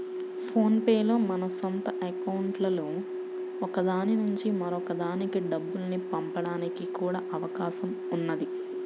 phone pay లో మన సొంత అకౌంట్లలో ఒక దాని నుంచి మరొక దానికి డబ్బుల్ని పంపడానికి కూడా అవకాశం ఉన్నది